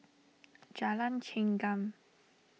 Jalan Chengam